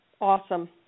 Awesome